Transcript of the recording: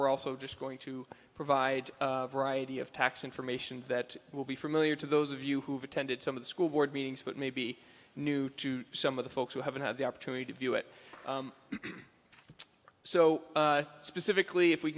we're also just going to provide variety of tax information that will be familiar to those of you who've attended some of the school board meetings but may be new to some of the folks who haven't had the opportunity to view it so specifically if we